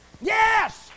Yes